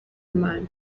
mana